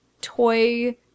toy